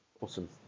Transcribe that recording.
Awesome